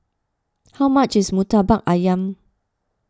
how much is Murtabak Ayam